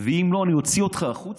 ואם לא, אני אוציא אותך החוצה.